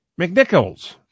McNichols